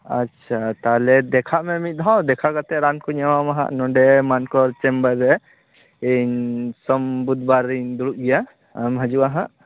ᱟᱪᱪᱷᱟ ᱛᱟᱦᱚᱞᱮ ᱫᱮᱠᱷᱟᱜ ᱡᱮ ᱡᱤᱫᱽᱫᱷᱟᱣ ᱫᱮᱠᱷᱟ ᱠᱟᱛᱮ ᱨᱟᱱ ᱠᱚᱧ ᱮᱢᱟᱢᱟ ᱱᱷᱟᱜ ᱱᱚᱸᱰᱮ ᱢᱟᱱᱠᱚᱨ ᱪᱮᱢᱵᱟᱨ ᱨᱮ ᱤᱧ ᱥᱚᱢ ᱵᱩᱫᱷ ᱵᱟᱨᱤᱧ ᱫᱩᱲᱩᱵ ᱜᱮᱭᱟ ᱟᱢ ᱦᱤᱡᱩᱜ ᱟ ᱱᱟᱜᱷ